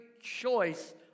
choice